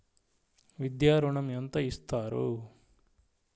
విద్యా ఋణం ఎంత ఇస్తారు?